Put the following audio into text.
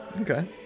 Okay